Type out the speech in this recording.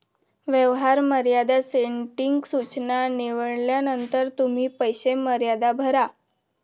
व्यवहार मर्यादा सेटिंग सूचना निवडल्यानंतर तुम्ही पैसे मर्यादा भरा